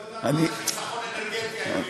היא לא יודעת מה זה חיסכון אנרגטי היום,